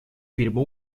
firmó